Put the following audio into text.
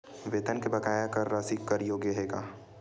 वेतन के बकाया कर राशि कर योग्य हे का?